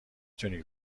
تونی